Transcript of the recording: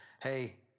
hey